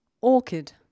Orchid